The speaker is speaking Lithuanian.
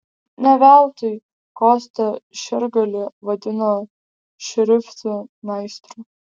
ne veltui kostą šergalį vadino šriftų meistru